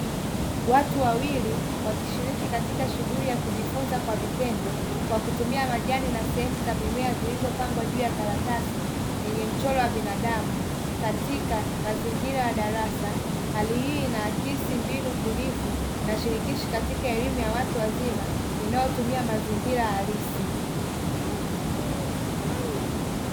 Watu wawili wakishiriki katika shughuli ya kujifunza kwa vitendo kwa kutumia majani na sehemu za mimea zilizopangwa juu ya karatasi yenye mchoro wa binadamu katika mazingira ya darasa, hali hii inaakisi mbinu bunifu nashirikisha katika elimu ya watu wazima inayotumia mazingira halisi.